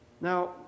Now